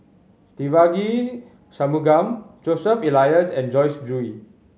Devagi Sanmugam Joseph Elias and Joyce Jue